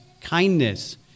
kindness